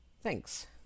Thanks